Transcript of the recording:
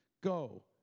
Go